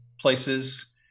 places